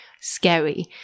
scary